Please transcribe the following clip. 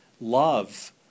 love